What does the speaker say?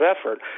effort